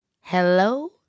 Hello